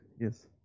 Yes